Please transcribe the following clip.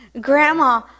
Grandma